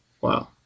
Wow